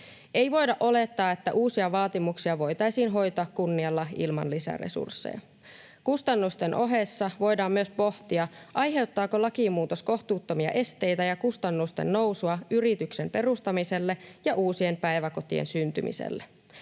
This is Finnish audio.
Ei voida olettaa, että uusia vaatimuksia voitaisiin hoitaa kunnialla ilman lisäresursseja. Kustannusten ohessa voidaan myös pohtia, aiheuttaako lakimuutos kohtuuttomia esteitä ja kustannusten nousua yrityksen perustamiselle ja uusien päiväkotien syntymiselle.